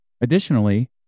Additionally